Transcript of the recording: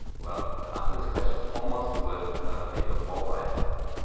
well, to answer this question is almost worth another video all by itself.